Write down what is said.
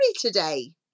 today